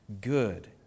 good